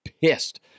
pissed